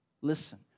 Listen